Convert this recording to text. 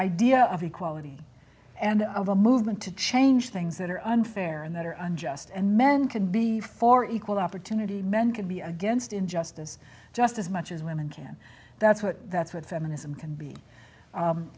idea of equality and of a movement to change things that are unfair and that are unjust and men can be for equal opportunity men can be against injustice just as much as women can that's what that's what feminism can be